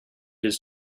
his